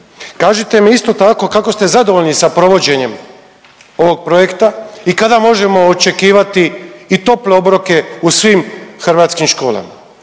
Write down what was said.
Kažite mi, isto tako, kako ste zadovoljni sa provođenjem ovog projekta i kada možemo očekivati i tople obroke u svim hrvatskim školama?